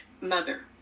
mother